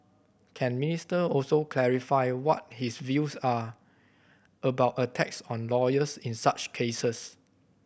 can Minister also clarify what his views are about attacks on lawyers in such cases